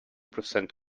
percent